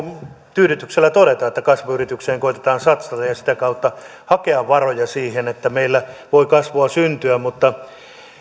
tyydytyksellä todeta että kasvuyrityksiin koetetaan satsata ja sitä kautta hakea varoja siihen että meillä voi kasvua syntyä mutta